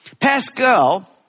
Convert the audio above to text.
Pascal